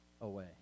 away